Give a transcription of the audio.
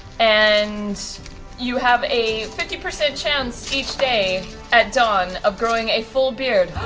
and you have a fifty percent chance, each day at dawn, of growing a full beard.